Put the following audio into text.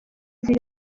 ziri